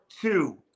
two